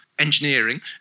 engineering